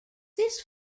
this